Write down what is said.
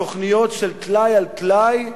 תוכניות של טלאי על טלאי,